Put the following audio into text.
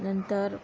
नंतर